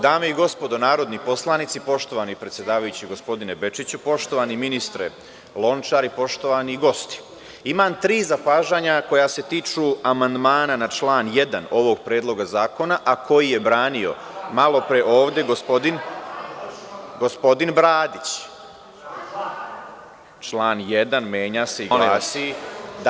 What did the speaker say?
Dame i gospodo narodni poslanici, poštovani predsedavajući gospodine Bečiću, poštovani ministre Lončar i poštovani gosti, imam tri zapažanja koja se tiču amandmana na član 1. ovog predloga zakona, a koji je branio malo pre ovde gospodin Bradić. (Ninoslav Girić, s mesta: Koji član?) Član 1. menja se i glasi…